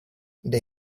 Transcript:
they